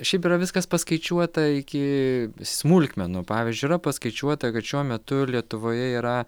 šiaip yra viskas paskaičiuota iki smulkmenų pavyzdžiui yra paskaičiuota kad šiuo metu lietuvoje yra